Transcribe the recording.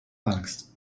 angst